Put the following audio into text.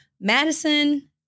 Madison